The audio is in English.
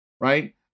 Right